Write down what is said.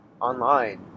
online